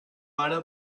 pare